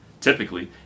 typically